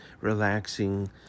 relaxing